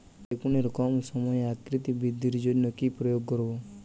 বেগুনের কম সময়ে আকৃতি বৃদ্ধির জন্য কি প্রয়োগ করব?